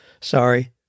sorry